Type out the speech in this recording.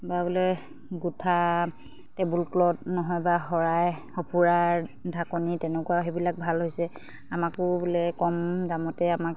বা বোলে গোঁঠা টেবুল ক্লথ নহয় বা শৰাই সঁফুৰাৰ ঢাকনি তেনেকুৱাও সেইবিলাক ভাল হৈছে আমাকো বোলে কম দামতে আমাক